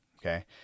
okay